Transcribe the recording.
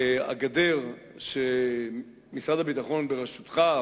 הגדר שמשרד הביטחון בראשותך,